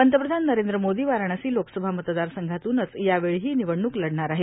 पंतप्रधान नरेंद्र मोदी वाराणसी लोकसभा मतदारसंघातूनच यावेळीही निवडणूक लढवणार आहेत